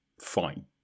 fine